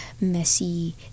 messy